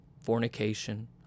fornication